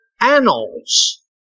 annals